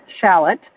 shallot